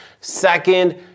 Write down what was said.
Second